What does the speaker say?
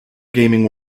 gaming